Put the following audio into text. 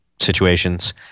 situations